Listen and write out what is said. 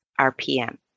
RPM